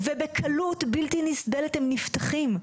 ובקלות בלתי נסבלת הם נפתחים.